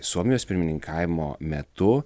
suomijos pirmininkavimo metu